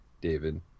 David